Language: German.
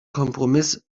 kompromiss